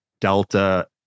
delta